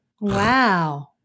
Wow